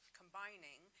combining